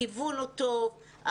הכיוון הוא טוב,